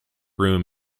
room